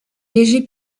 léger